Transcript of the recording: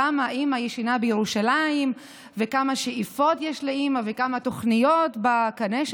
למה אימא ישנה בירושלים וכמה שאיפות יש לאימא וכמה תוכניות בקנה.